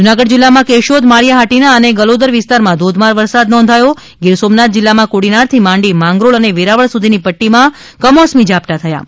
જુનાગઢ જિલ્લામાં કેશોદ માળીયા હાટીના અને ગલોદર વિસ્તારમાં ધોધમાર વરસાદ નોંધાયો છે તો ગિરસોમનાથ જીલ્લામાં કોડીનાર થી માંડી માંગરોળ અને વેરાવળ સુધી ની પટ્ટી માં કમોસમી ઝાપટાં થયા છે